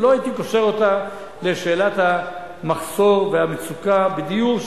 ולא הייתי קושר אותה לשאלת המחסור והמצוקה בדיור,